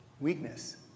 Weakness